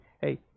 Hey